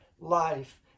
life